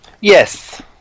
Yes